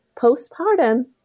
postpartum